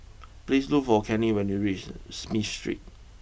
please look for Kenny when you reach Smith Street